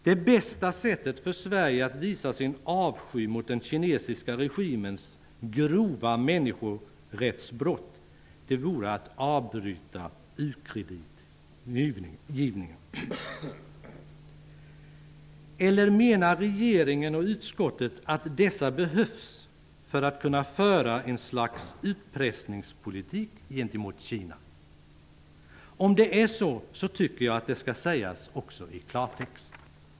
Det bästa sättet för Sverige att visa sin avsky mot den kinesiska regimens grova människorättsbrott vore att avbryta ukreditgivningen. Eller menar regeringen och utskottet att dessa behövs för att man skall kunna föra ett slags utpressningspolitik gentemot Kina? Om det är så, tycker jag att det skall sägas i klartext.